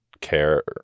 care